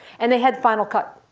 and they had final cut